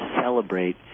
celebrate